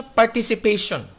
participation